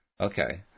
Okay